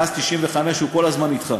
מאז 1995 הוא כל הזמן נדחה,